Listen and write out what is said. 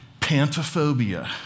pantophobia